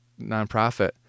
nonprofit